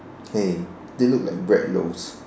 hey they look like bread loaves